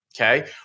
Okay